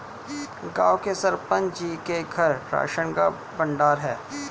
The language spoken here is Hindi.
गांव के सरपंच जी के घर राशन का भंडार है